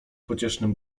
pociesznym